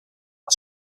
are